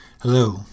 Hello